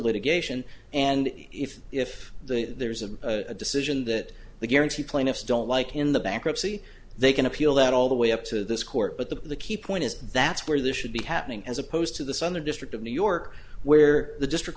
litigation and if if the there's a decision that the guaranty plaintiffs don't like in the bankruptcy they can appeal that all the way up to this court but the key point is that's where this should be happening as opposed to the southern district of new york where the district